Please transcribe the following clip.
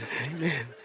Amen